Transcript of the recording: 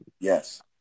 Yes